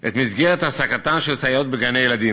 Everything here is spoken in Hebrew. את מסגרת העסקתן של סייעות בגני-ילדים.